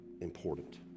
important